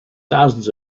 thousands